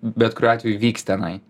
bet kuriuo atveju vyks tenai